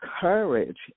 Courage